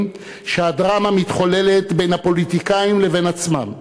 שהדרמה מתחוללת בין הפוליטיקאים לבין עצמם,